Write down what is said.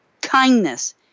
kindness